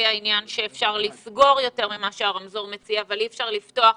זה שאפשר לסגור יותר ממה שהרמזור מציע אבל אי אפשר לפתוח.